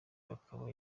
akaba